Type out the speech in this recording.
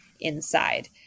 inside